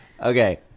okay